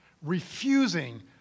refusing